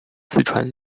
四川